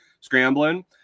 scrambling